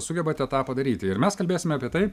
sugebate tą padaryti ir mes kalbėsime apie tai